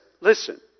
listen